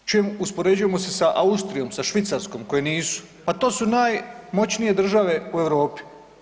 Uspoređujemo se sa Austrijom, Švicarskom koje nisu, pa to su najmoćnije države u Europi.